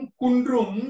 kundrum